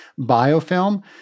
biofilm